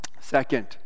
Second